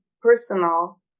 personal